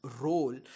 role